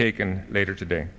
taken later today